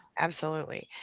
absolutely.